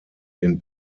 den